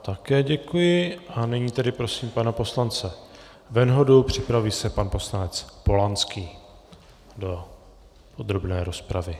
Také děkuji a nyní tedy prosím pana poslance Venhodu, připraví se pan poslanec Polanský do podrobné rozpravy.